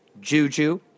Juju